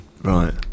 Right